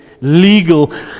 legal